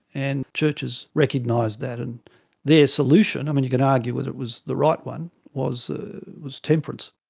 and churches recognised that. and their solution, i mean, you can argue whether it was the right one, was was temperance.